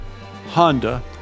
Honda